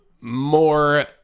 more